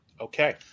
Okay